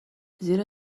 زیرا